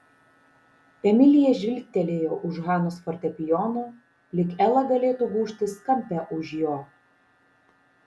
emilija žvilgtelėjo už hanos fortepijono lyg ela galėtų gūžtis kampe už jo